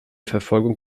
verfolgung